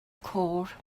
côr